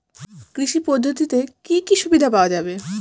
কৃষি পদ্ধতিতে কি কি সুবিধা পাওয়া যাবে?